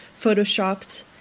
photoshopped